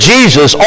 Jesus